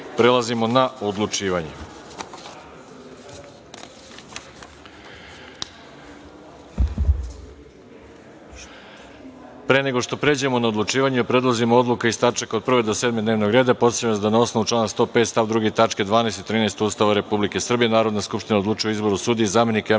na olučivanje. Pre nego što pređemo na odlučivanje o predlozima odluka iz tačaka od 1. do 7. dnevnog reda, podsećam vas da na osnovu člana 105. stav 2. tačke 12. i 13. Ustava Republike Srbije, Narodna skupština odlučuje o izboru sudija i zamenika javnih